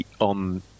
on